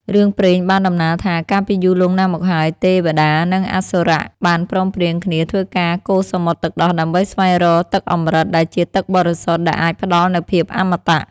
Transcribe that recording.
រឿងព្រេងបានតំណាលថា កាលពីយូរលង់ណាស់មកហើយ ទេវតា និងអសុរៈបានព្រមព្រៀងគ្នាធ្វើការកូរសមុទ្រទឹកដោះដើម្បីស្វែងរក ទឹកអម្រឹត ដែលជាទឹកបរិសុទ្ធដែលអាចផ្ដល់នូវភាពអមត។